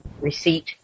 receipt